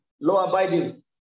law-abiding